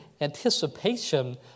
anticipation